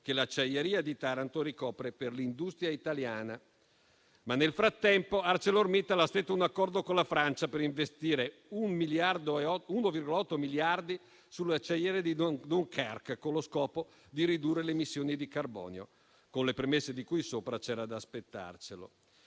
che l'acciaieria di Taranto ricopre per l'industria italiana. Nel frattempo ArcelorMittal ha stretto un accordo con la Francia per investire 1,8 miliardi sulle acciaierie di Dunkerque, con lo scopo di ridurre le emissioni di carbonio. Con le premesse di cui sopra, c'era da aspettarselo.